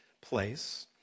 place